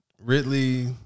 Ridley